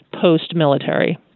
post-military